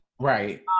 right